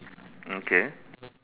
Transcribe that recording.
okay